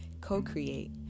co-create